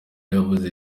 yavuze